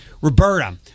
Roberta